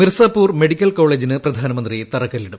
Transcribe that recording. Mirzapur medical കോളേജിന് പ്രധാനമന്ത്രി തറക്കല്പിടും